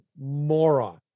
moron